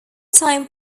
time